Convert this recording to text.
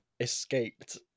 escaped